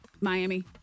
Miami